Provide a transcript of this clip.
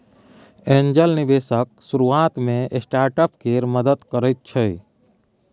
angel निबेशक शुरुआत मे स्टार्टअप केर मदति करैत छै